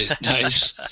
Nice